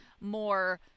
more